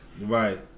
Right